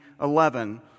eleven